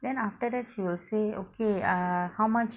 then after that she will say okay err how much